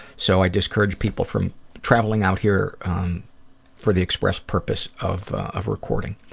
so i discourage people from traveling out here for the express purpose of of recording.